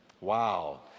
Wow